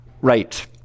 right